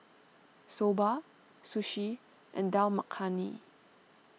Soba Sushi and Dal Makhani